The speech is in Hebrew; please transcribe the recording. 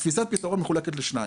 תפיסת הפתרון מחולקת לשניים,